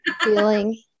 Feeling